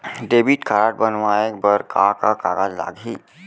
Debit card बनवाये बर का का कागज लागही?